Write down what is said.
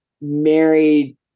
married